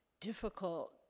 difficult